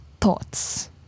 thoughts